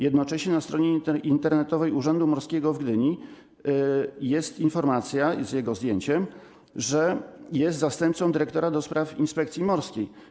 Jednocześnie na stronie internetowej Urzędu Morskiego w Gdyni jest informacja, z jego zdjęciem, że jest zastępcą dyrektora do spraw inspekcji morskiej.